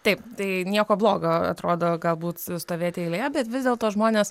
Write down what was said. taip tai nieko blogo atrodo galbūt stovėti eilėje bet vis dėlto žmonės